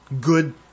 good